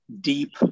deep